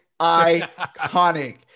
iconic